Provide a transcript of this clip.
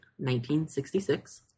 1966